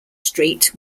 street